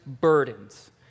burdens